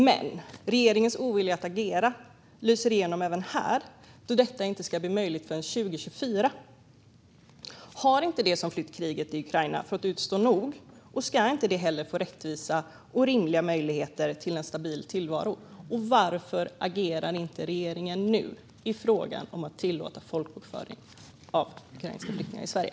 Men regeringens ovilja att agera lyser igenom även här, då detta inte ska bli möjligt förrän 2024. Har inte de som flytt kriget i Ukraina fått utstå nog? Ska de inte heller få rättvisa och rimliga möjligheter till en stabil tillvaro? Och varför agerar inte regeringen nu i fråga om att tillåta folkbokföring av ukrainska flyktingar i Sverige?